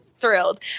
Thrilled